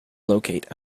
locate